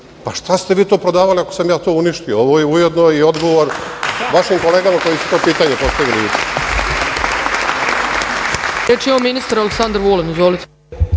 kraju. Šta ste vi to prodavali ako sam ja to uništio? Ovo je ujedno i odgovor vašim kolegama koji su to pitanje postavili